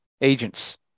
agents